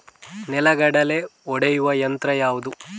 ನೆಲಗಡಲೆ ಒಡೆಯುವ ಯಂತ್ರ ಯಾವುದು?